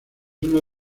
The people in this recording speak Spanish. uno